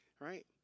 right